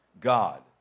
God